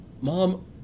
Mom